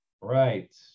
Right